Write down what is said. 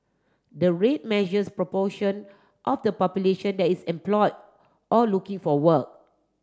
the rate measures proportion of the population that is employed or looking for work